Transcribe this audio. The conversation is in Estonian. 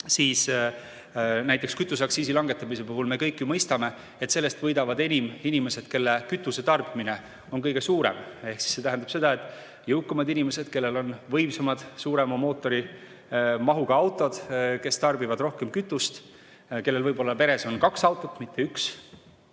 siis näiteks kütuseaktsiisi langetamise puhul me kõik ju mõistame, et sellest võidavad enim inimesed, kelle kütusetarbimine on kõige suurem, ehk see tähendab seda, et jõukamad inimesed, kellel on võimsamad, suurema mootorimahuga autod, kes tarbivad rohkem kütust, kellel on peres võib-olla kaks autot, mitte üks